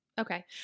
Okay